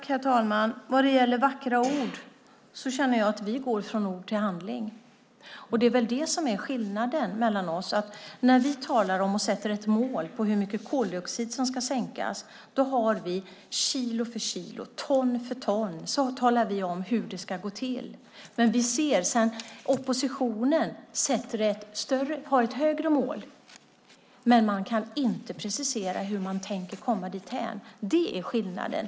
Herr talman! När det gäller vackra ord känner jag att vi går från ord till handling. Det är väl det som är skillnaden mellan oss. När vi talar om och sätter ett mål för hur mycket koldioxidutsläppen ska minska talar vi om kilo för kilo, ton för ton hur det ska gå till. Oppositionen har ett högre mål, men man kan inte precisera hur man tänker komma dithän. Det är skillnaden.